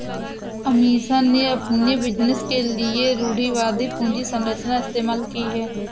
अमीषा ने अपने बिजनेस के लिए रूढ़िवादी पूंजी संरचना इस्तेमाल की है